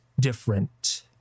different